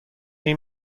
این